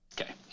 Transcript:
Okay